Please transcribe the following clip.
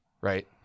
right